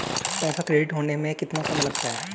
पैसा क्रेडिट होने में कितना समय लगता है?